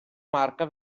marca